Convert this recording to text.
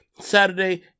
Saturday